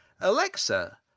Alexa